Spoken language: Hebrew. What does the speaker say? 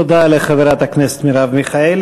תודה לחברת הכנסת מרב מיכאלי.